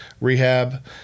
rehab